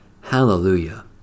Hallelujah